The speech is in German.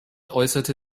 äußerte